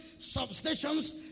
substations